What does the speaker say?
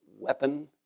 weapon